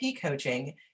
coaching